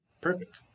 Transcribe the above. Perfect